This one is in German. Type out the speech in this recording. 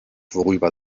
worüber